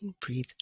Breathe